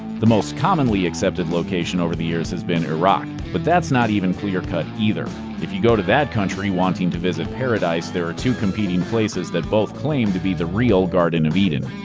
the most commonly accepted location over the years has been iraq, but that's not even clear-cut, either. if you go to that country wanting to visit paradise, there two competing places that both claim to be the real garden of eden.